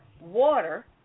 water